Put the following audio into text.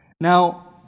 Now